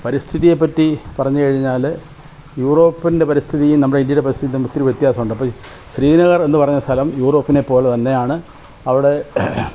പരിസ്ഥിതിയെ പറ്റി പറഞ്ഞു കഴിഞ്ഞാൽ യൂറോപ്പിൻ്റെ പരിസ്ഥിതിയും നമ്മുടെ ഇന്ത്യയുടെ പരിസ്ഥിതിയും തമ്മിൽ ഒത്തിരി വ്യത്യാസമുണ്ട് അപ്പോൾ ഈ ശ്രീനഗർ എന്നുപറഞ്ഞ സ്ഥലം യൂറോപ്പിനെ പോലെ തന്നെയാണ് അവിടെ